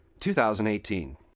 2018